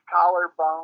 collarbone